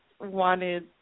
wanted